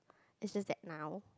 is just that now